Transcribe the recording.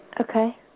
Okay